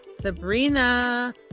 Sabrina